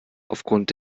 aufgrund